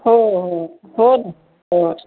हो हो होनं हो